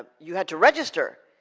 ah you had to register.